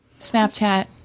Snapchat